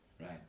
Right